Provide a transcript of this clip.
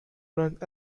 grant